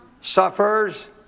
Suffers